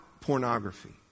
pornography